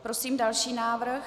Prosím další návrh.